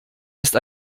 ist